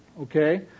Okay